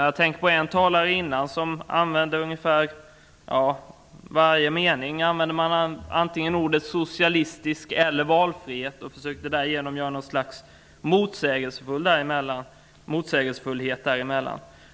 Jag tänker på en talare som i varje mening antingen använde ordet socialistisk eller valfrihet och som därigenom försökte skapa något slags motsättning emellan dessa saker.